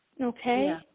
Okay